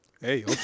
Hey